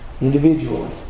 individually